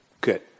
Good